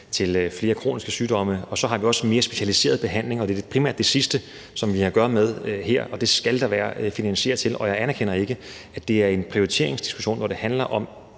til flere kroniske sygdomme, og så er der også en mere specialiseret behandling, og det er primært det sidste, som vi her har med at gøre, og det skal der være en finansiering til. Og jeg anerkender ikke, at det er en prioriteringsdiskussion, når det handler om